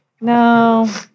No